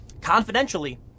confidentially